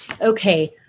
okay